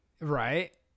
right